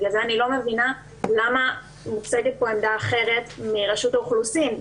ולכן אני לא מבינה למה מוצגת פה עמדה אחרת מרשות האוכלוסין.